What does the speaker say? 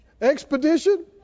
expedition